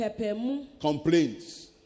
Complaints